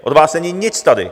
Od vás není nic tady.